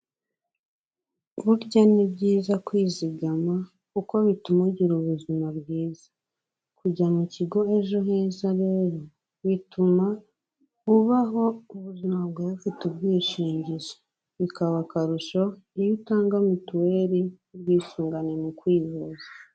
Burya ni byiza kwizigama kuko bituma ugira ubuzima bwiza, kujya mu kigo Ejo heza rero bituma ubaho ubuzima bwawe bufite ubwishingizi, bikaba akarusho iyo utanga mituweri y'ubwisungane mu kwivuza.